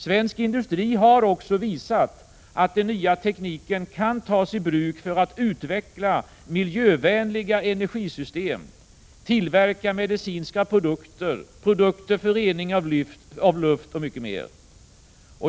Svensk industri har också visat, att den nya tekniken kan tas i bruk för att utveckla miljövänliga energisystem, tillverka medicinska produkter, produkter för rening av luft, och mycket mer.